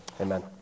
amen